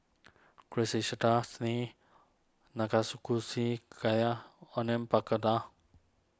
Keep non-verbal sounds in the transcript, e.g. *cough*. *unintelligible* Gayu Onion Pakora